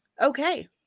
okay